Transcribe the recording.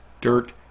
dirt